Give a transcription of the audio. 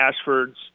Ashford's